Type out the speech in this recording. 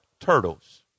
turtles